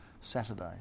Saturday